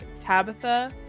Tabitha